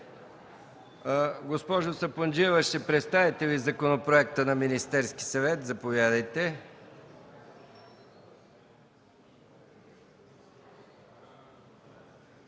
Госпожо Сапунджиева, ще представите ли Законопроекта на Министерския съвет? Заповядайте.